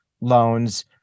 loans